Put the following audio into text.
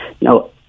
No